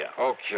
Okay